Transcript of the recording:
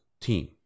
team